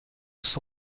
was